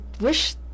wish